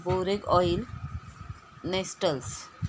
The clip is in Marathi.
borage oil nostrils